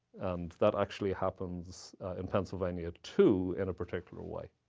and that actually happens in pennsylvania too, in a particular way.